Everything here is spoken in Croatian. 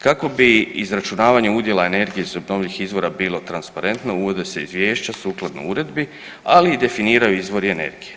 Kako bi izračunavanje udjela energije iz obnovljivih izvora bilo transparentno uvode se izvješća sukladno uredbi, ali i definiraju izvori energije.